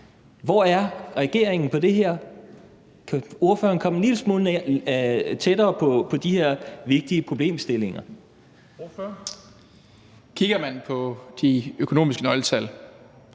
Hvor er regeringen på de her punkter? Kan ordføreren komme en lille smule tættere på de her vigtige problemstillinger? Kl. 09:54 Formanden (Henrik Dam